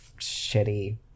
shitty